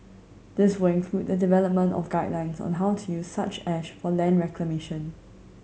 this will include the development of guidelines on how to use such ash for land reclamation